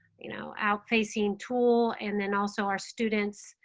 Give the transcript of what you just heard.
you know out facing tool and then also our students.